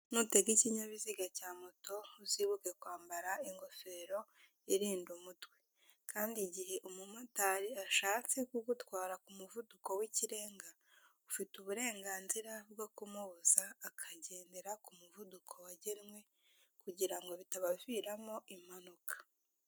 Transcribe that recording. Nutega ikinyabiziga cya moto uzibuke kwambara ingofero irinda umutwe, kandi igihe umumotari ashatse kugutwara ku muvuduko w'ikirenga, ufite uburenganzira bwo kumubuza akagendera ku muvuduko wagenwe kugira ngo bitabaviramo impanuka.